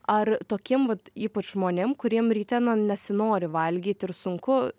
ar tokiem vat ypač žmonėm kuriems ryte na nesinori valgyt ir sunku